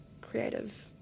creative